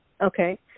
Okay